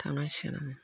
थांनांसिगोन आङो